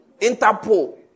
Interpol